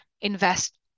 invest